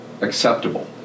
acceptable